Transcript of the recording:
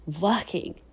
working